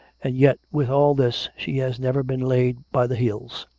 and yet with all this, she has never been laid by the heels.